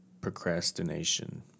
procrastination